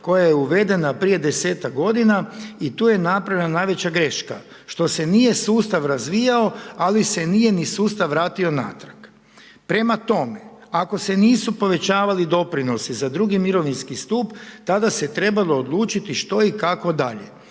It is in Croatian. koja je uvedena prije 10-tak godina i tu je napravljena najveća greška što se nije sustav razvijao, ali se nije ni sustav vratio natrag. Prema tome, ako se nisu povećavali doprinosi za II. mirovinski stup, tada se trebalo odlučiti što i kako dalje.